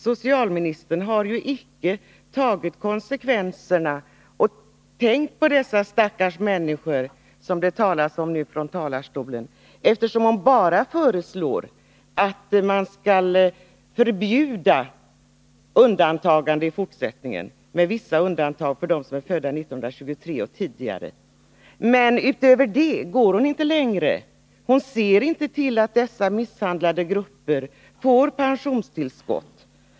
Socialministern har ju icke tagit konsekvenserna och tänkt på dessa ”stackars människor” som man ömmar för här från talarstolen, eftersom hon bara föreslår att man skall förbjuda undantagande i fortsättningen med vissa undantag för dem som är födda 1923 och tidigare. Socialministern går inte längre. Hon ser inte till att dessa ”missgynnade” grupper får pensionstill skott.